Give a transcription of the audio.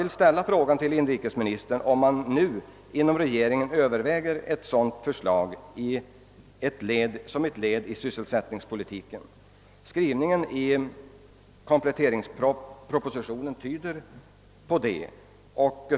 Jag vill fråga inrikesministern om man inom regeringen överväger ett sådant förslag som ett led i sysselsättningspolitiken — skrivningen i kompletteringspropositionen kan tyda på det.